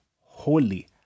holy